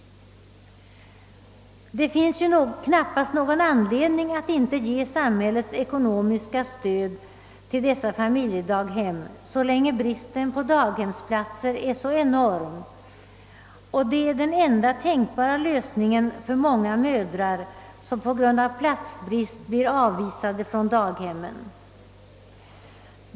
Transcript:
Det finns ju knappast någon anledning att inte ge samhällets ekonomiska stöd till dessa familjedaghem så länge bristen på daghemsplatser är så enorm och det är den enda tänkbara lösningen för många mödrar som på grund av platsbrist blir avvisade från daghemmen.